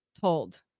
told